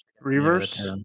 reverse